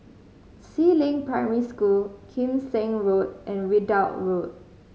Si Ling Primary School Kim Seng Road and Ridout Road